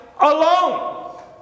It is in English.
alone